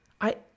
I-